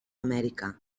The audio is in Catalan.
amèrica